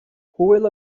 hwyl